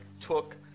took